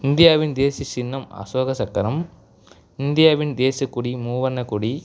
இந்தியாவின் தேசிய சின்னம் அசோக சக்கரம் இந்தியாவின் தேசியக்கொடி மூவர்ணக் கொடி